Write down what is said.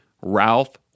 Ralph